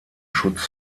schutz